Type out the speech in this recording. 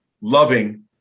loving